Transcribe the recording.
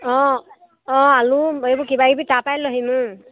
অঁ অঁ আলু এইবোৰ কিবা কিবি তাৰ পৰাই লৈ আনিম